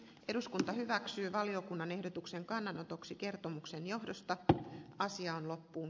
eduskunta hyväksyy valiokunnan ehdotuksen kannanotoksi kertomuksen johdosta nyt asia on loppuun